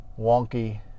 wonky